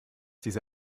diese